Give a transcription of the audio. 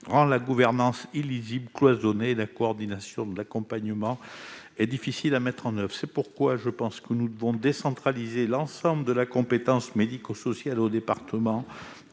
rend la gouvernance illisible et cloisonnée et la coordination de l'accompagnement difficile à mettre en oeuvre. C'est pourquoi je pense que nous devons décentraliser l'ensemble de la compétence médico-sociale à l'échelon